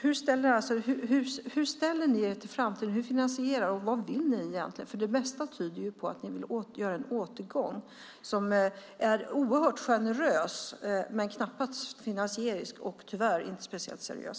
Hur ställer ni er till framtiden? Hur finansierar ni förslagen? Vad vill ni egentligen? Det mesta tyder på att ni vill ha en återgång som är oerhört generös men knappast finansierad och tyvärr inte speciellt seriös.